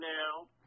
now